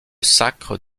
sacre